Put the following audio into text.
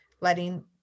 letting